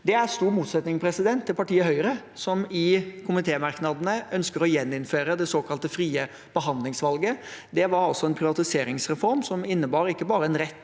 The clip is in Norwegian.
Det er i stor motsetning til partiet Høyre, som i komitémerknadene ønsker å gjeninnføre det såkalte frie behandlingsvalget. Det var en privatiseringsreform som innebar ikke bare en rett